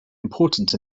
important